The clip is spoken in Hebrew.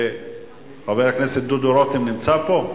וחבר הכנסת דודו רותם נמצא פה?